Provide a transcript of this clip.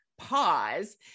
pause